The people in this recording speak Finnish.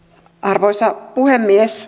arvoisa puhemies